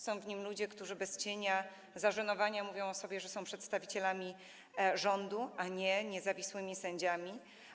Są w nim ludzie, którzy bez cienia zażenowania mówią o sobie, że są przedstawicielami rządu, a nie niezawisłymi sędziami.